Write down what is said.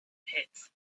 pits